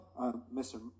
mr